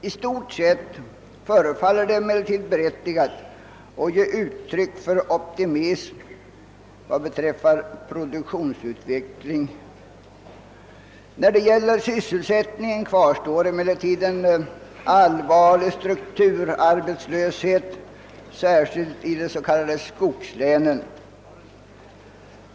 I stort sett förefaller det emellertid berättigat att ge uttryck för optimism vad beträffar produktionsutvecklingen. När det gäller sysselsättningen kvarstår emellertid en allvarlig strukturarbetslöshet, särskilt i de s.k. skogslänen.